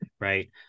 right